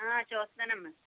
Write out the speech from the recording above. చూస్తునాను అమ్మ